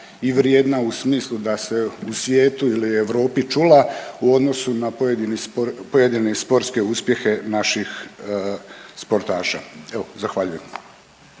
i vrijedna u smislu da se u svijetu ili Europi čula u odnosu na pojedini, pojedine sportske uspjehe naših sportaša. Evo, zahvaljujem.